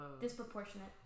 disproportionate